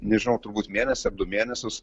nežinau turbūt mėnesį ar du mėnesius